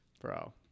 Bro